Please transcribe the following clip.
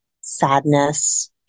sadness